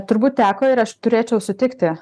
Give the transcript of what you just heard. turbūt teko ir aš turėčiau sutikti